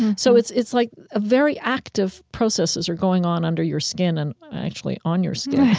so it's it's like ah very active processes are going on under your skin and actually on your skin